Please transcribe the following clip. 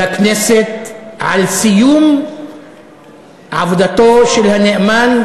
לכנסת על סיום עבודתו של הנאמן,